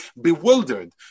bewildered